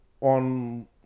on